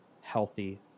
healthy